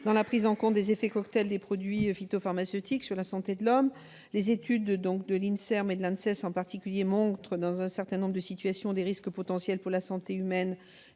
dans la prise en compte des effets cocktail des produits phytopharmaceutiques sur la santé de l'homme. Les études de l'INSERM et de l'ANSES montrent, dans un certain nombre de situations, des risques potentiels pour la santé humaine